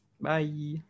Bye